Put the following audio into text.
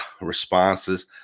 responses